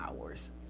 hours